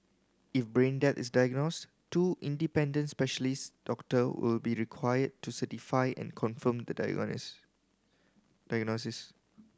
if brain death is diagnosed two independent specialist doctor will be required to certify and confirm the diagnosis